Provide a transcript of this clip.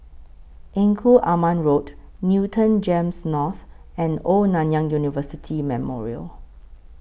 Engku Aman Road Newton Gems North and Old Nanyang University Memorial